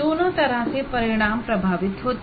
दोनों तरह से परिणाम प्रभावित होते हैं